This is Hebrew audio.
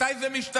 מתי זה משתנה?